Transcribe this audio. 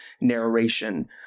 narration